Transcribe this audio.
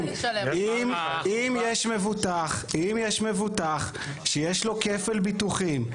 אם יש מבוטח שיש לו כפל ביטוחים,